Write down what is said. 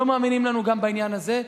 לא מאמינים לנו גם בעניין הזה.